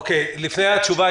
לפני התשובה,